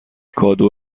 کادو